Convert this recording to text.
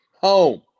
Home